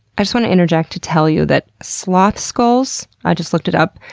i just want to interject to tell you that sloth skulls, i just looked it up,